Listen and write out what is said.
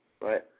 right